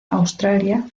australia